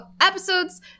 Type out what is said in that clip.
episodes